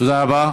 תודה רבה.